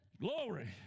Glory